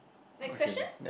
next question